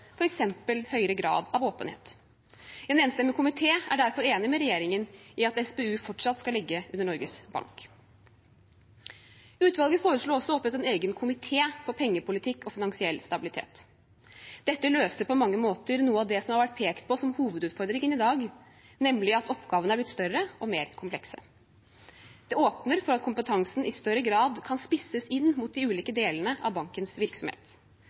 høyere grad av åpenhet. En enstemmig komité er derfor enig med regjeringen i at SPU fortsatt skal ligge under Norges Bank. Utvalget foreslo også å opprette en egen komité for pengepolitikk og finansiell stabilitet. Dette løser på mange måter noe av det som har vært pekt på som hovedutfordringen i dag, nemlig at oppgavene er blitt større og mer komplekse. Det åpner for at kompetansen i større grad kan spisses inn mot de ulike delene av bankens virksomhet.